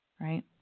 right